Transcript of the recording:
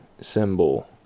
symbol